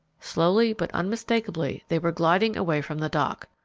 slowly but unmistakably they were gliding away from the dock.